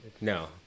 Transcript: No